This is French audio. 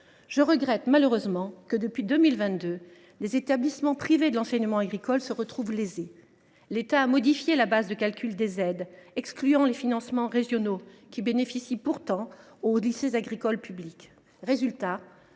le regrette, mais, malheureusement, depuis 2022, les établissements privés de l’enseignement agricole se retrouvent lésés. L’État a modifié la base de calcul des aides, excluant les financements régionaux qui bénéficient pourtant aux lycées agricoles publics.